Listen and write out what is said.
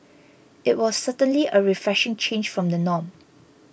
it was certainly a refreshing change from the norm